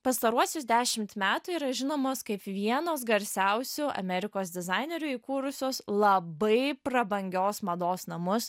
pastaruosius dešimt metų yra žinomos kaip vienos garsiausių amerikos dizainerių įkūrusios labai prabangios mados namus